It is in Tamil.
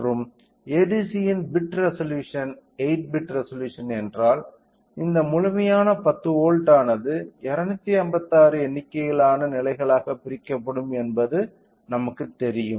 மற்றும் ADC யின் பிட் ரெசொலூஷன் 8 பிட் ரெசொலூஷன் என்றால் இந்த முழுமையான 10 வோல்ட் ஆனது 256 எண்ணிக்கையிலான நிலைகளாகப் பிரிக்கப்படும் என்பது நமக்குத் தெரியும்